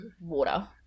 water